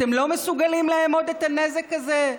אתם לא מסוגלים לאמוד את הנזק הזה?